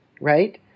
right